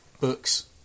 books